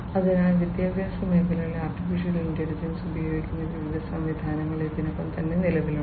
അതിനാൽ വിദ്യാഭ്യാസ മേഖലയിൽ AI ഉപയോഗിക്കുന്ന വിവിധ സംവിധാനങ്ങൾ ഇതിനകം തന്നെ നിലവിലുണ്ട്